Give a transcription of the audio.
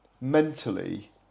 Mentally